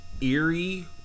eerie